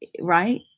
Right